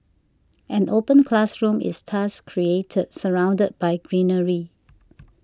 an open classroom is thus created surrounded by greenery